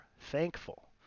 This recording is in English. thankful